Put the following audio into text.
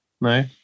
No